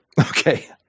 Okay